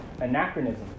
anachronism